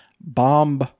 bomb